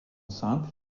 simple